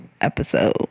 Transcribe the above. episode